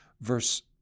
verse